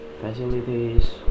facilities